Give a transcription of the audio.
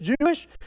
Jewish